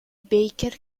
baker